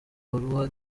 barua